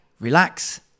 relax